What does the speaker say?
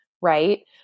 right